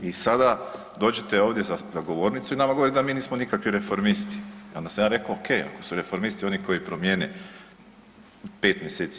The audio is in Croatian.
I sada dođete ovdje za govornicu i nama govorite da mi nismo nikakvi reformisti, pa onda sam ja rekao ok, ako su reformisti oni koji promijene u 5 mj.